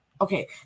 Okay